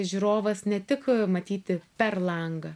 žiūrovas ne tik matyti per langą